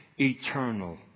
eternal